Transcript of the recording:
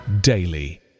daily